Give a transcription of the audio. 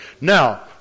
Now